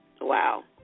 Wow